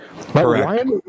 Correct